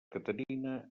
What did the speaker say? caterina